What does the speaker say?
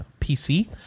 PC